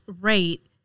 rate